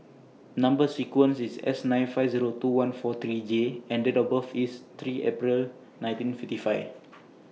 Number sequence IS S nine five Zero two one four three J and Date of birth IS three April nineteen fifty five